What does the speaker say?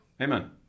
Amen